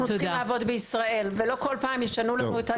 צריכים לעבוד בישראל ולא כל פעם ישנו לנו.